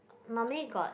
normally got